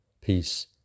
Peace